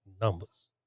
numbers